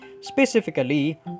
Specifically